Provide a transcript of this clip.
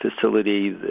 facility